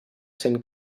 sent